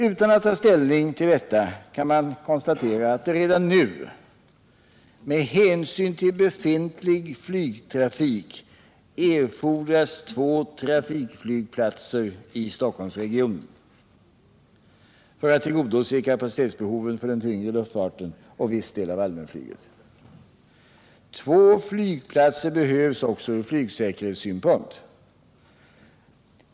Utan att ta ställning till detta kan man konstatera att det redan nu med hänsyn till befintlig flygtrafik erfordras två trafikflygplatser i Stockholmsregionen för att tillgodose kapacitetsbehoven för den tyngre luftfarten och viss del av allmänflyget. Två trafikflygplatser behövs också från flygsäkerhetssynpunkt.